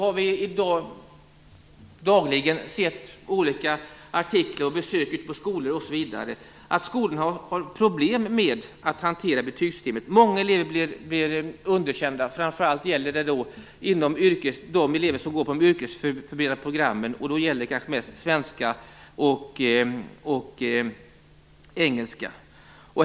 Av olika artiklar och genom besök ute på skolor har vi fått veta att skolorna har problem med att hantera betygssystemet. Många elever blir underkända, framför allt de elever som går på de yrkesförberedande programmen, och då kanske mest i svenska och engelska.